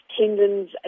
tendons